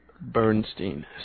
Bernstein